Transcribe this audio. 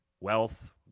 wealth